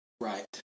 Right